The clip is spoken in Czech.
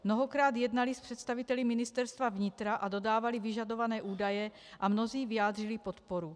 Mnohokrát jednali s představiteli Ministerstva vnitra a dodávali vyžadované údaje, a mnozí vyjádřili podporu.